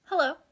hello